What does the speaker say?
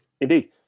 Indeed